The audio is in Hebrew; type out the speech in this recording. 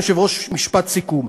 אדוני היושב-ראש, משפט סיכום.